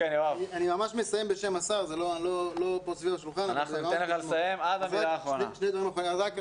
ממש מסיים את דבריי בשם השר, שני דברים אחרונים.